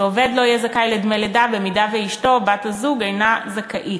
שעובד לא יהיה זכאי לדמי לידה במידה שאשתו או בת-הזוג אינה זכאית.